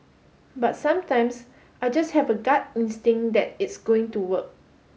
but sometimes I just have a gut instinct that it's going to work